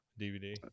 DVD